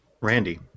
Randy